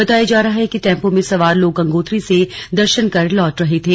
बताया जा रहा है कि टेंपो में सवार लोग गंगोत्री से दर्शन कर लौट रहे थे